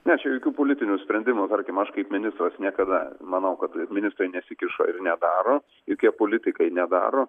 ne čia jokių politinių sprendimų tarkim aš kaip ministras niekada manau kad ministrai nesikiša ir nedaro jokie politikai nedaro